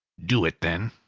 do it, then.